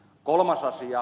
kolmas asia